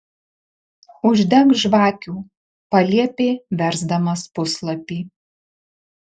uždek žvakių paliepė versdamas puslapį